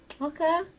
okay